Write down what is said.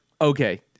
Okay